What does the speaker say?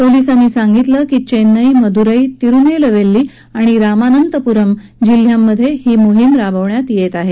पोलीसांनी सांगितलं की चेन्नई मदुरई तिरुनेलवेल्ली आणि रामानंतपुरम् जिल्ह्यांमधे ही मोहीम राबवण्यात येत आहे